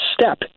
step